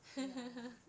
ya